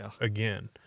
again